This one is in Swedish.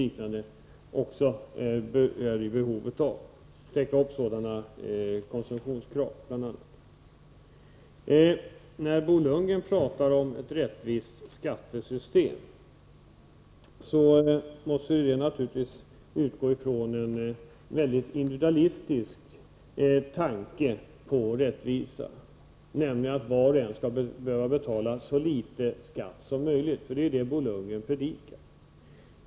När Bo Lundgren talar om ett rättvist skattesystem, måste han naturligtvis utgå från en väldigt individualistisk tanke i fråga om rättvisa, nämligen att var och en skall behöva betala så litet skatt som möjligt. Det är ju detta Bo Lundgren predikar.